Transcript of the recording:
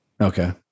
Okay